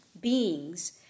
beings